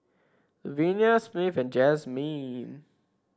Luvenia Smith and Jazmyne